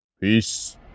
Peace